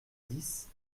dix